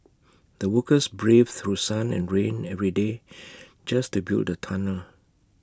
the workers braved through sun and rain every day just to build the tunnel